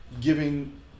giving